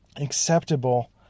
acceptable